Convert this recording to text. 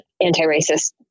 anti-racist